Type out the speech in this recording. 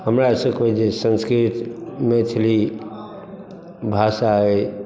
हमरा सबके जे संस्कृत मैथिली भाषा अइ